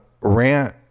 rant